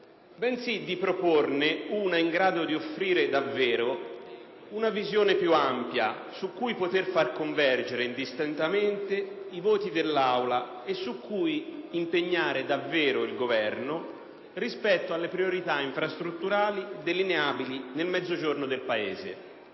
bensì di proporne una in grado di offrire davvero una visione più ampia, su cui poter far convergere indistintamente i voti dell'Assemblea e su cui impegnare davvero il Governo rispetto alle priorità infrastrutturali delineabili nel Mezzogiorno del Paese.